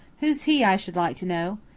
who's he, i should like to know?